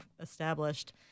established